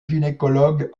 gynécologue